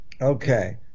Okay